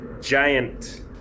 giant